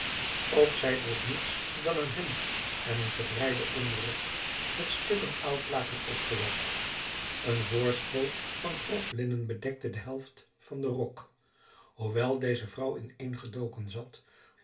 ook zij droeg niets dan een hemd en een gebreiden onderrok met stukken oud laken opgelapt een voorschoot van grof linnen bedekte de helft van den rok hoewel deze vrouw ineengedoken zat